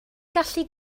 gallu